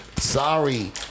sorry